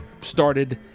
started